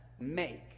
make